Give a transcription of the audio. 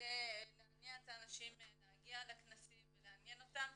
כדי להניע את האנשים להגיע לכנסים ולעניין אותם.